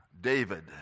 David